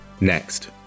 Next